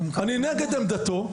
אני נגד עמדתו,